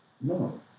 no